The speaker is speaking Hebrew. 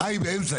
היא הייתה באמצע.